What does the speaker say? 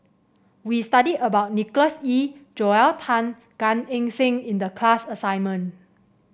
we studied about Nicholas Ee Joel Tan and Gan Eng Seng in the class assignment